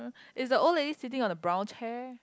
uh is the old lady sitting on the brown chair